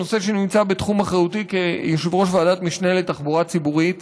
על נושא שנמצא בתחום אחריותי כיושב-ראש ועדת המשנה לתחבורה ציבורית.